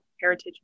heritage